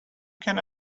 can